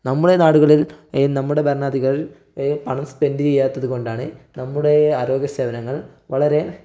നമ്മുടെ നാടുകളിൽ നമ്മുടെ ഭരണാധികൾ പണം സ്പെന്റ് ചെയ്യാത്തതുകൊണ്ടാണ് നമ്മുടെ ആരോഗ്യ സേവനങ്ങൾ വളരെ